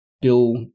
Bill